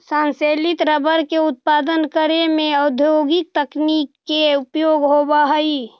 संश्लेषित रबर के उत्पादन करे में औद्योगिक तकनीक के प्रयोग होवऽ हइ